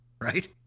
right